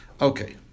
Okay